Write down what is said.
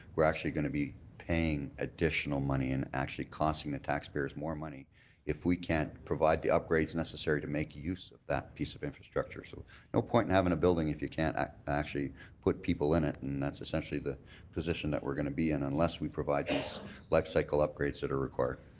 we're actually going to be paying additional money and actually costing the taxpayers more money if we can't provide the upgrades necessary to make use of that piece of infrastructure. so no point in having a building if you can't actually put people in it and that's essentially the position that we're going to be in unless we provide life cycle upgrades that are required.